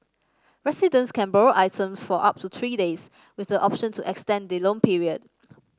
residents can borrow items for up to three days with the option to extend the loan period